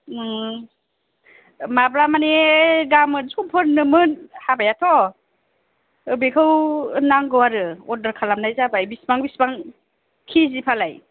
माब्ला माने गाबोन सम्फोरनोमोन हाबायाथ' बेखौ नांगौ आरो अर्दार खालामनाय जाबाय बेसेबां बेसेबां केजि फालाय